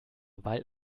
weil